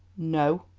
no,